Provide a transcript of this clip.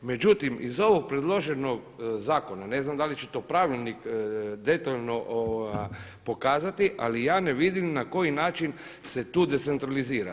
Međutim iz ovog predloženog zakona, ne znam da li će to pravilnik detaljno pokazati ali ja ne vidim na koji način se tu decentralizira.